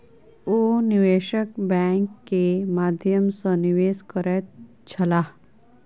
ओ निवेशक बैंक के माध्यम सॅ निवेश करैत छलाह